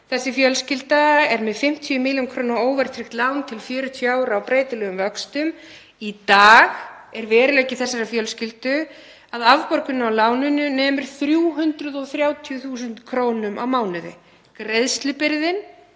Þessi fjölskylda er með 50 millj. kr. óverðtryggt lán til 40 ára á breytilegum vöxtum. Í dag er veruleiki þessarar fjölskyldu að afborgunin af láninu nemur 330.000 kr. á mánuði. Greiðslubyrðin